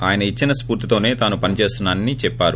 ఆయన ఇచ్చిన స్పూర్తితోసే తాను పనిచేస్తున్నా నని చెప్పారు